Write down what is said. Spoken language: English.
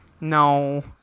No